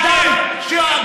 אתה אין לך מצפון.